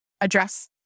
address